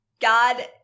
God